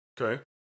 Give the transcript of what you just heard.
Okay